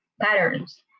patterns